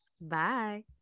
Bye